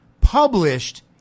published